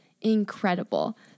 incredible